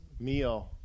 meal